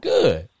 Good